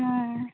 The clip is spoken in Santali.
ᱦᱚᱸ